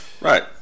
Right